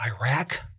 Iraq